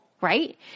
Right